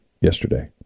yesterday